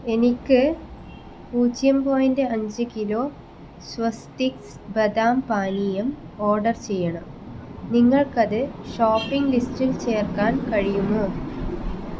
എനിക്ക് പൂജ്യം പോയിൻറ് അഞ്ച് കിലോ സ്വസ്തിക്സ് ബദാം പാനീയം ഓർഡർ ചെയ്യണം നിങ്ങൾക്ക് അത് ഷോപ്പിങ്ങ് ലിസ്റ്റിൽ ചേർക്കാൻ കഴിയുമോ